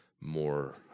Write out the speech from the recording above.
more